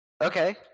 Okay